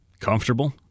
comfortable